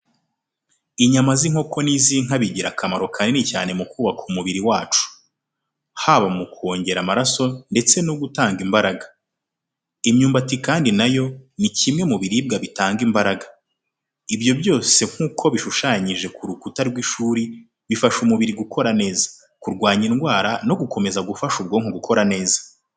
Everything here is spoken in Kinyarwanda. Inyama z’inkoko n’iz’inka bigira akamaro kanini cyane mu kubaka umubiri wacu, haba mu kongera amaraso ndetse no gutanga imbaraga. Imyumbati kandi na yo ni kimwe mu biribwa bitanga imbaraga. Ibyo byose nk'uko bishushanyije ku rukuta rw'ishuri bifasha umubiri gukora neza, kurwanya indwara no gukomeza gufasha ubwonko gukora neza.